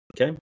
Okay